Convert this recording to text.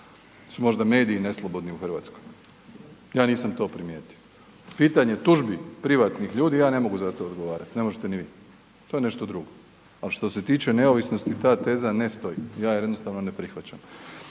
Jesu možda mediji neslobodni u Hrvatskoj? Ja nisam to primijetio. Pitanje tužbi privatnih ljudi, ja ne mogu za to odgovarati, ne možete ni vi, to je nešto drugo, ali što se tiče neovisnosti ta teza ne stoji, ja je jednostavno ne prihvaćam.